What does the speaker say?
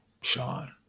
Sean